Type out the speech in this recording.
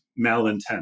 malintent